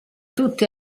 tutti